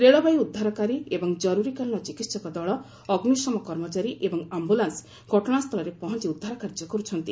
ରେଳବାଇ ଉଦ୍ଧାରକାରୀ ଏବଂ କର୍ରରୀକାଳୀନ ଚିକିତ୍ସକ ଦଳ ଅଗ୍ନିଶମ କର୍ମଚାରୀ ଏବଂ ଆୟୁଲାନ୍ସ ଘଟଣାସ୍ଥଳରେ ପହଞ୍ ଉଦ୍ଧାର କାର୍ଯ୍ୟ କରୁଛନ୍ତି